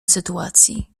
sytuacji